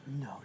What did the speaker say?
No